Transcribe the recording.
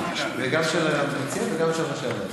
גם של היועץ המשפטי וגם של ראשי הוועדות.